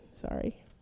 sorry